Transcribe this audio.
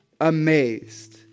amazed